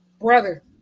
Brother